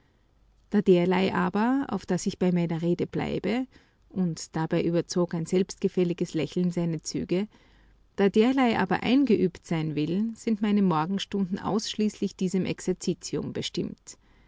derlei aber auf daß ich bei meiner rede bleibe und dabei überzog ein selbstgefälliges lächeln seine züge da derlei aber eingeübt sein will sind meine morgenstunden ausschließend diesem exercitium bestimmt